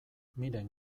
miren